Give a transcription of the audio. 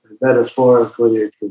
Metaphorically